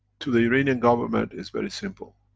to the iranian government is very simple.